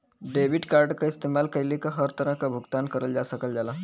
debit card क इस्तेमाल कइके हर तरह क भुगतान करल जा सकल जाला